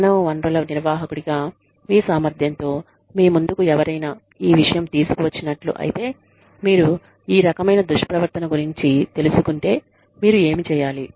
మానవ వనరుల నిర్వాహకుడిగా మీ సామర్థ్యంతో మీ ముందుకు ఎవరైనా ఈ విషయం తీసుకువచ్చినట్లు ఐతే మీరు ఈ రకమైన దుష్ప్రవర్తన గురించి తెలుసుకుంటే మీరు ఏమి చేయాలి